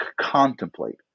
contemplate